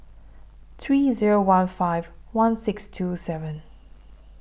three Zero one five one six two seven